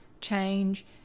change